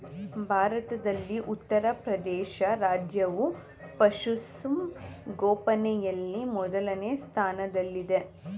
ಭಾರತದಲ್ಲಿ ಉತ್ತರಪ್ರದೇಶ ರಾಜ್ಯವು ಪಶುಸಂಗೋಪನೆಯಲ್ಲಿ ಮೊದಲನೇ ಸ್ಥಾನದಲ್ಲಿದೆ